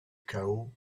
chaos